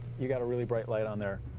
you got a really bright light on there.